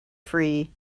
free